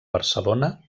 barcelona